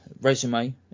resume